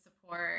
support